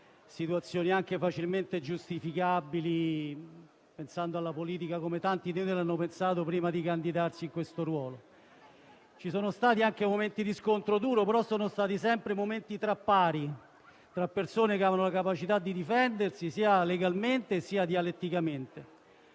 situazioni anche facilmente giustificabili, pensando alla politica come tanti di noi l'hanno pensata prima di candidarsi in tale ruolo. Ci sono stati anche momenti di scontro duro, ma si è sempre trattato di situazioni tra pari, tra persone che hanno la capacità di difendersi sia legalmente sia dialetticamente.